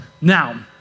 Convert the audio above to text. Now